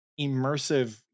immersive